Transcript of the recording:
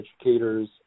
educators